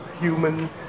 human